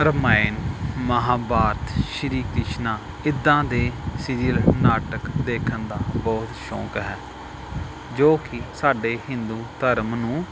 ਰਾਮਾਇਣ ਮਹਾਂਭਾਰਤ ਸ਼੍ਰੀ ਕ੍ਰਿਸ਼ਨਾ ਇੱਦਾਂ ਦੇ ਸੀਰੀਅਲ ਨਾਟਕ ਦੇਖਣ ਦਾ ਬਹੁਤ ਸ਼ੌਕ ਹੈ ਜੋ ਕਿ ਸਾਡੇ ਹਿੰਦੂ ਧਰਮ ਨੂੰ